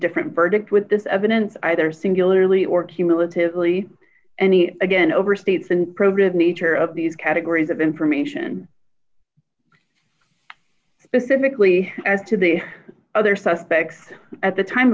different verdict with this evidence either singularly or cumulatively any again overstates in program the nature of these categories of information specifically as to the other suspects at the time